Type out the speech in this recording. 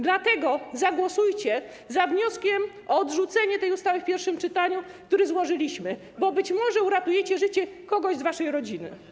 Dlatego zagłosujcie za wnioskiem o odrzucenie tej ustawy w pierwszym czytaniu, który złożyliśmy, bo być może uratujecie życie kogoś z waszej rodziny.